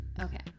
Okay